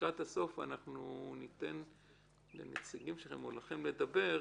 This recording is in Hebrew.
לקראת הסוף אנחנו ניתן לכם לדבר,